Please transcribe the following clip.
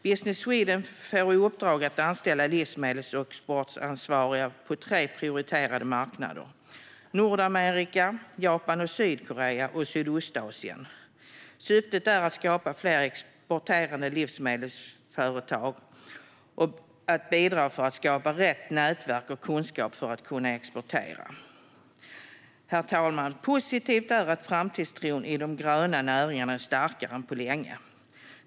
Business Sweden får i uppdrag att anställa livsmedelsexportansvariga på tre prioriterade marknader: Nordamerika, Japan och Sydkorea samt Sydostasien. Syftet är att skapa fler exporterande livsmedelsföretag och att bidra till att skapa rätt nätverk och kunskap för att kunna exportera. Herr talman! Positivt är att framtidstron i de gröna näringarna är starkare än på länge.